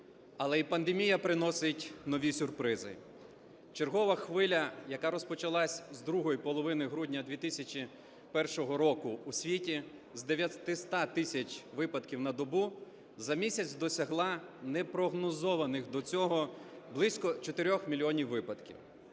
Але і пандемія приносить нові сюрпризи. Чергова хвиля, яка розпочалася з другої половини грудня 2021 року у світі, з 900 тисяч випадків на добу, за місяць досягла непрогнозованих до цього близько 4 мільйонів випадків.